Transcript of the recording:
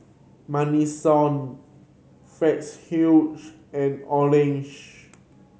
Madison Fitzhugh and Orange